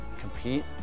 compete